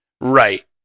Right